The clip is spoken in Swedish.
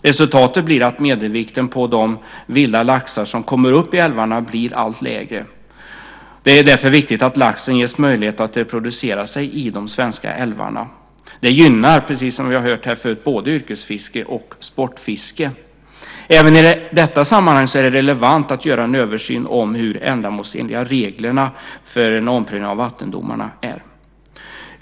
Resultatet blir att medelvikten på de vilda laxar som kommer upp i älvarna blir allt lägre. Det är därför viktigt att laxen ges möjlighet att reproducera sig i de svenska älvarna. Det gynnar, precis som vi har hört här förut, både yrkesfiske och sportfiske. Även i detta sammanhang är det relevant att göra en översyn av hur ändamålsenliga reglerna för en omprövning av vattendomarna är.